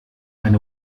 eine